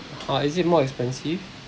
!huh! is it more expensive